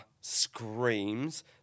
screams